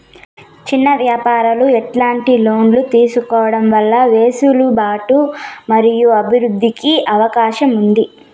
చిన్న వ్యాపారాలు ఎట్లాంటి లోన్లు తీసుకోవడం వల్ల వెసులుబాటు మరియు అభివృద్ధి కి అవకాశం ఉంది?